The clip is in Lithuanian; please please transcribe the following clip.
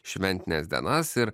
šventines dienas ir